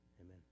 Amen